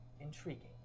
intriguing